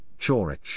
Chorich